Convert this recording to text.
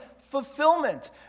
fulfillment